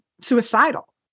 suicidal